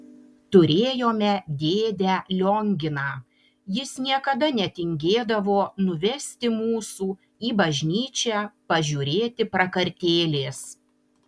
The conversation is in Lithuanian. turėjome dėdę lionginą jis niekada netingėdavo nuvesti mūsų į bažnyčią pažiūrėti prakartėlės